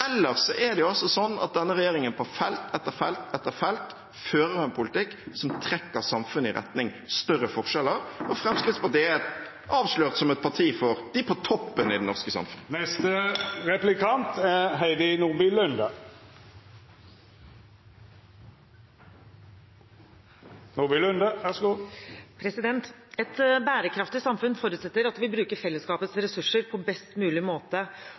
ellers er det altså sånn at denne regjeringen på felt etter felt etter felt fører en politikk som trekker samfunnet i retning av større forskjeller – og Fremskrittspartiet er avslørt som et parti for dem på toppen av det norske samfunnet. Et bærekraftig samfunn forutsetter at vi bruker fellesskapets ressurser på best mulig måte.